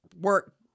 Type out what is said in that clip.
work